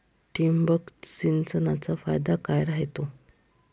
ठिबक सिंचनचा फायदा काय राह्यतो?